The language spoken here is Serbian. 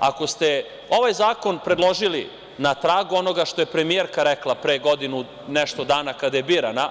Ako ste ovaj zakon predložili na pragu onoga što je premijerka rekla pre godinu i nešto dana, kada je birana,